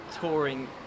touring